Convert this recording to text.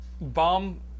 bomb